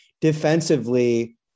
Defensively